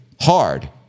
hard